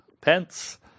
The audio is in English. Pence